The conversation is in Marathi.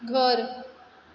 घर